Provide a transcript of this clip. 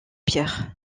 pierre